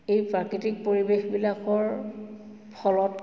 এই প্ৰাকৃতিক পৰিৱেশবিলাকৰ ফলত